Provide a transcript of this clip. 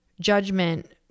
judgment